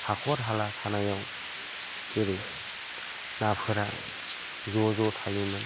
हाखर हाला थानायाव जेरै नाफोरा ज' ज' थायोमोन